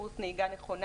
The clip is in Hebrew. קורס נהיגה נכונה